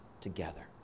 together